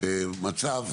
מצב,